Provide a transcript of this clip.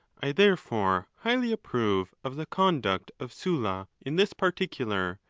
i therefore highly approve of the conduct of sylla in this particular,